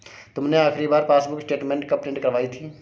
तुमने आखिरी बार पासबुक स्टेटमेंट कब प्रिन्ट करवाई थी?